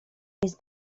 jest